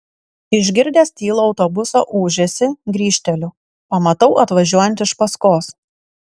išgirdęs tylų autobuso ūžesį grįžteliu pamatau atvažiuojant iš paskos